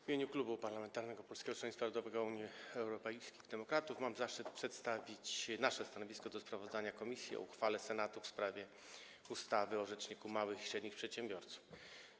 W imieniu Klubu Poselskiego Polskiego Stronnictwa Ludowego - Unii Europejskich Demokratów mam zaszczyt przedstawić stanowisko wobec sprawozdania komisji o uchwale Senatu w sprawie ustawy o Rzeczniku Małych i Średnich Przedsiębiorców.